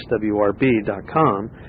swrb.com